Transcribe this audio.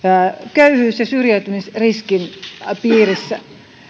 köyhyys ja syrjäytymisriskin piirissä